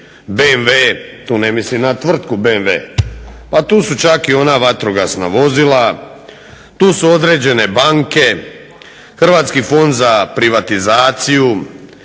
BMW tu ne mislim na tvrtku BMW, pa tu su čak i ona vatrogasna vozila. Tu su određene banke, Hrvatski fond za privatizaciju,